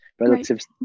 relatives